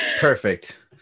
Perfect